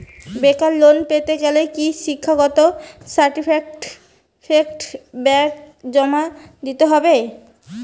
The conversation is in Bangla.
বেকার লোন পেতে গেলে কি শিক্ষাগত সার্টিফিকেট ব্যাঙ্ক জমা রেখে দেবে?